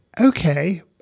Okay